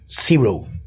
zero